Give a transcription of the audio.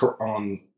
on